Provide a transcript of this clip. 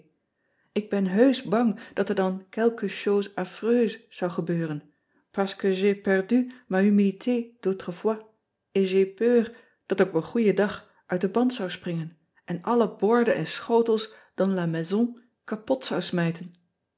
k ben heusch bang dat er dan quelque chose affreuse zou gebeuren parce que j ai perdue ma humilité d autrefois et j ai peur dat ik op een goeden dag uit den band zou springen en alle borden en schotels dans la maison kapot zou smijten